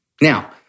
Now